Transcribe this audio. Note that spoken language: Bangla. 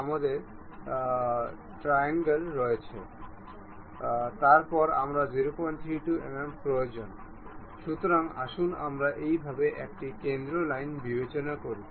আমি এই ট্র্যাকের মাঝখানে এই চাকাগুলি রাখার জন্য এই চাকাগুলিকে আরও একবার এই রেল ট্র্যাকের সাথে অ্যালাইন করব